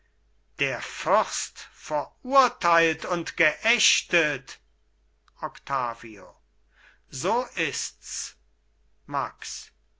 der fürst verurteilt und geächtet octavio so ists max